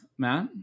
Matt